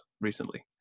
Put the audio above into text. recently